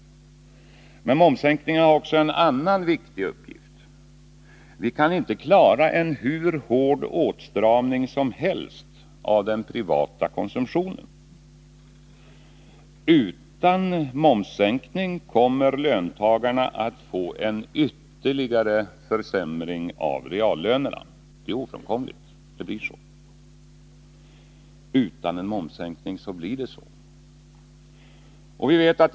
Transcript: Men momssänkningen har också en annan viktig uppgift. Vi kan inte klara en hur hård åtstramning som helst av den privata konsumtionen. Utan momssänkning kommer löntagarna att få en ytterligare försämring av reallönerna. Det blir ofrånkomligen så.